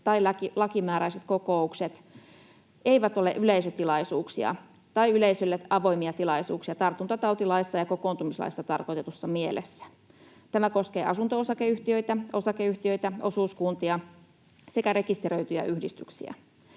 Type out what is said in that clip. tai lakimääräiset kokoukset eivät ole yleisötilaisuuksia tai yleisölle avoimia tilaisuuksia tartuntatautilaissa ja kokoontumislaissa tarkoitetussa mielessä. Tämä koskee asunto-osakeyhtiöitä, osakeyhtiöitä, osuuskuntia sekä rekisteröityjä yhdistyksiä.